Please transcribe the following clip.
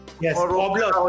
Yes